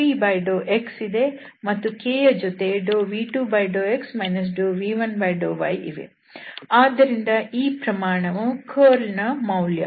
ಆದ್ದರಿಂದ ಈ ಪ್ರಮಾಣವು ಕರ್ಲ್ ನ ಮೌಲ್ಯ